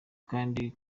kandi